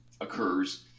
occurs